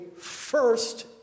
first